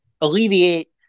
alleviate